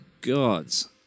gods